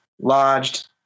lodged